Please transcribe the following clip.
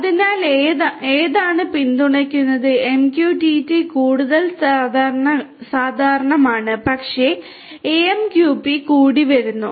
അതിനാൽ ഏതാണ് പിന്തുണയ്ക്കുന്നത് MQTT കൂടുതൽ സാധാരണമാണ് പക്ഷേ AMQP കൂടി വരുന്നു